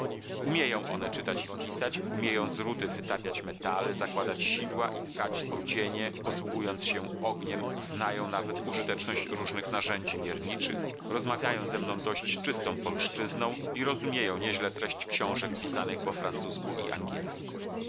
umieją one czytać i pisać umieją z rudy wytapiać metale zakładać sidła i tkać odzienie posługując się ogniem znają nawet użyteczność różnych narzędzi mierniczych rozmawiają ze mną dość czystą polszczyzną i rozumieją nieźle treść książek pisanych po francusku i angielsku